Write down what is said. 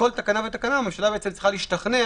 לכל תקנה ותקנה הממשלה צריכה להשתכנע